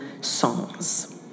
songs